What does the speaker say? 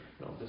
no